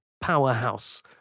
powerhouse